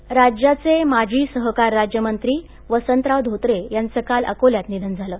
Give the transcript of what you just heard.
निधनः राज्याचे माजी सहकार राज्यमंत्री वसंतराव धोत्रे यांचं काल अकोल्यात निधन झालं